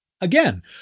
Again